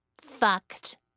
fucked